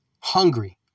Hungry